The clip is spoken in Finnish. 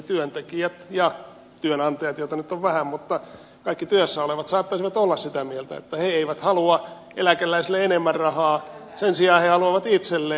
työntekijät ja työnantajat joita nyt on vähän mutta kaikki työssä olevat saattaisivat olla sitä mieltä että he eivät halua eläkeläisille enemmän rahaa sen sijaan he haluavat itselleen